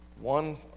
One